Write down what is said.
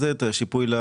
שיפוי?